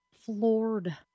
floored